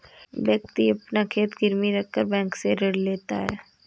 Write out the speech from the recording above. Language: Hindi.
व्यक्ति अपना खेत गिरवी रखकर बैंक से ऋण लेता है